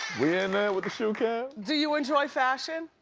we in there with the shoe cam? do you enjoy fashion?